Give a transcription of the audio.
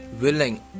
Willing